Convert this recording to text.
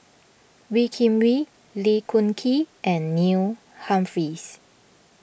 Wee Kim Wee Lee Choon Kee and Neil Humphreys